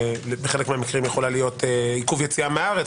בחלק מהמקרים יכול להיות עיכוב יציאה מהארץ,